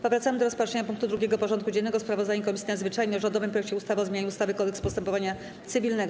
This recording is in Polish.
Powracamy do rozpatrzenia punktu 2. porządku dziennego: Sprawozdanie Komisji Nadzwyczajnej o rządowym projekcie ustawy o zmianie ustawy - Kodeks postępowania cywilnego.